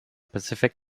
pacific